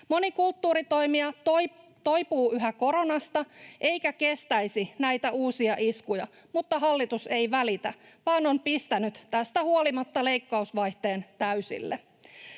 Moni kulttuuritoimija toipuu yhä koronasta eikä kestäisi näitä uusia iskuja, mutta hallitus ei välitä vaan on pistänyt tästä huolimatta leikkausvaihteen täysille.